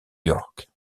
york